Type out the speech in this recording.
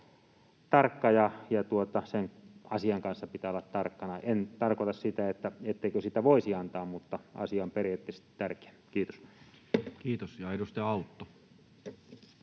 tarkka, ja sen asian kanssa pitää olla tarkkana. En tarkoita sitä, etteikö sitä voisi antaa, mutta asia on periaatteellisesti tärkeä. — Kiitos. [Speech 135]